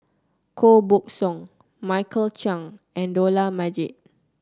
Koh Buck Song Michael Chiang and Dollah Majid